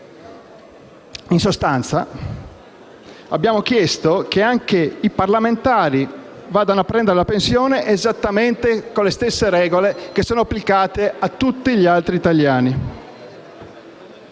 In sostanza, abbiamo chiesto che anche i parlamentari prendano la pensione esattamente con le stesse regole applicate a tutti gli altri italiani.